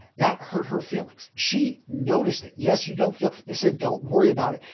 that hurt her feelings. she noticed it. yes, you don't feel, they said don't worry about it,